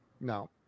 no